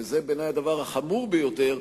וזה בעיני הדבר החמור ביותר,